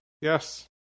Yes